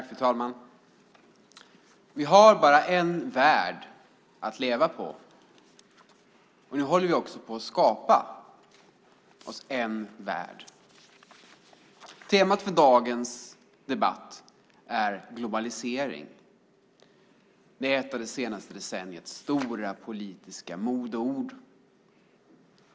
Fru talman! Vi har bara en värld att leva i. Nu håller vi också på att skapa oss en enda värld. Temat för dagens debatt är globalisering, ett av det senaste decenniets stora politiska modeord.